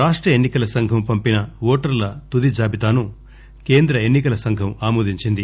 రాష్ట ఎన్ని కల సంఘం పంపిన ఓటర్ల తుది జాబితా ను కేంద్ర ఎన్సి కల సంఘం ఆమోదించింది